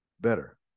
better